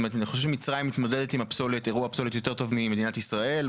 אני חושב שמצרים מתמודדת עם אירוע הפסולת יותר טוב ממדינת ישראל,